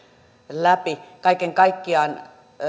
läpi kaiken kaikkiaan